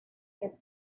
que